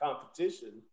competition